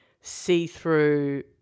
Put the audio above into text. see-through